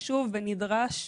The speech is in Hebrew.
חשוב ונדרש.